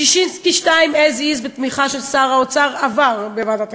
ששינסקי 2 as is בתמיכה של שר האוצר עבר בוועדת הכספים.